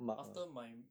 after my